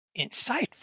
insightful